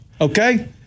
Okay